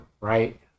Right